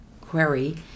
query